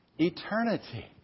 eternity